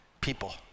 people